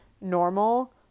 normal